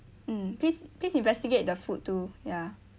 mm please please investigate the food too ya